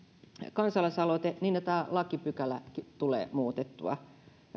kansalaisaloite niin tämä lakipykäläkin tulee muutettua